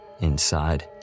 inside